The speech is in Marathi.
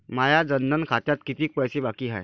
माया जनधन खात्यात कितीक पैसे बाकी हाय?